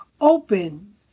open